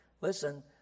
Listen